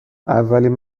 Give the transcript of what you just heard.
اولین